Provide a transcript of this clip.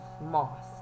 moss